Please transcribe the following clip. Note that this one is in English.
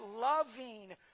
loving